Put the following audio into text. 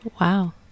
Wow